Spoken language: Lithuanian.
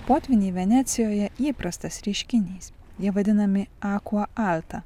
potvyniai venecijoje įprastas reiškinys jie vadinami akua alta